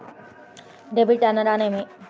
Debit అనగానేమి?